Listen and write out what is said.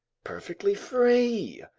perfectly free.